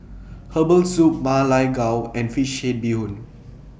Herbal Soup Ma Lai Gao and Fish Head Bee Hoon